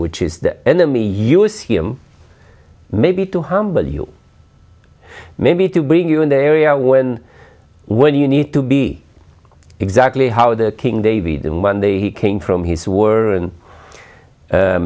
which is the enemy use him maybe two hundred you may be to bring you in the area when when you need to be exactly how the king david in one day he came from his word and